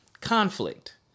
conflict